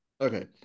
Okay